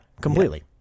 completely